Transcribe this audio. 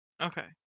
Okay